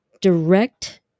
direct